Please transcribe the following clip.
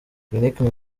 clinique